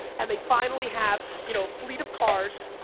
and they finally have you know fleet of cars,